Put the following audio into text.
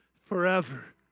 forever